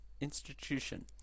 Institution